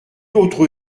autre